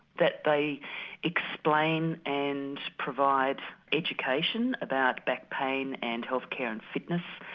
that they explain and provide education about back pain and health care and fitness,